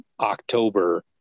October